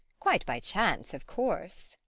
quite by chance, of course.